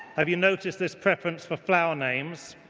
have you noticed there's preference for flower names?